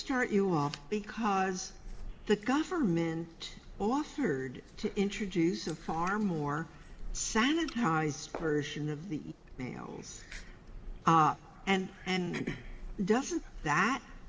start you off because the government offered to introduce a far more sanitized version of the nails and and doesn't that